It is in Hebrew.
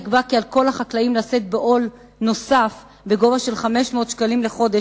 נקבע כי על כל החקלאים לשאת בעול נוסף בסכום של 500 שקלים לחודש,